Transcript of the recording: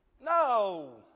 No